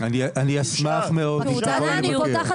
--- אני אשמח מאוד, אם תבואי לבקר.